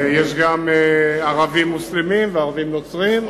יש גם ערבים מוסלמים וערבים נוצרים.